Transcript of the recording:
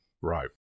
Right